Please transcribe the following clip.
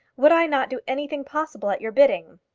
would i not do anything possible at your bidding?